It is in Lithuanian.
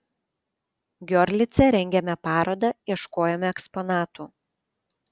giorlice rengėme parodą ieškojome eksponatų